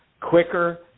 quicker